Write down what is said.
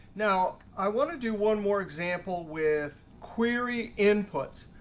now i want to do one more example with query inputs.